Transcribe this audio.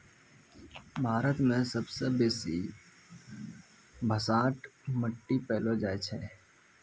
भारत मे सबसे बेसी भसाठ मट्टी पैलो जाय छै